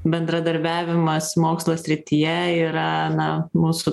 bendradarbiavimas mokslo srityje yra na mūsų